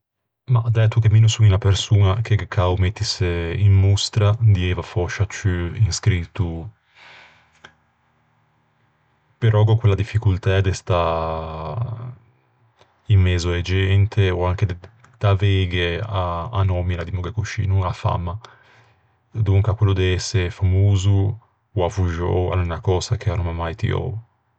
Mah, dæto che mi no son unna persoña che gh'é cao mettise in mostra dieiva fòscia ciù un scrittô. Però gh'ò quella difficoltæ de stâ in mezo a-e gente ò anche d'aveighe a nòmina, dimmoghe coscì, no. A famma. Donca quello d'ëse famoso ò avvoxou a l'é unna cösa che a no m'à mai tiou.